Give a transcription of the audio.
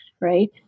right